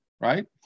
right